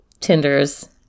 Tinders